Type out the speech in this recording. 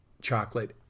chocolate